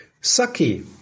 Saki